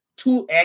2x